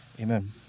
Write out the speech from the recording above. Amen